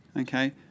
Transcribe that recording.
Okay